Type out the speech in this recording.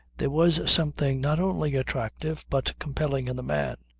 there was something not only attractive but compelling in the man.